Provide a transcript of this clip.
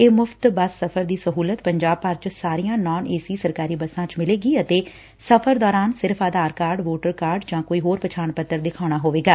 ਇਹ ਮੁਫ਼ਤ ਸਫ਼ਰ ਦੀ ਸਹੁਲਤ ਪੰਜਾਬ ਭਰ ਚ ਸਾਰੀਆ ਨਾਨ ਏ ਸੀ ਸਰਕਾਰੀ ਬੱਸਾ ਚ ਮਿਲੇਗੀ ਅਤੇ ਸਫ਼ਰ ਦੌਰਾਨ ਸਿਰਫ਼ ਆਧਾਰ ਕਾਰਡ ਵੋਟਰ ਕਾਰਡ ਜਾਂ ਕੋਈ ਹੋਰ ਪਛਾਣ ਪੱਤਰ ਵਿਖਾਉਣਾ ਹੋਵੇਗਾ